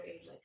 age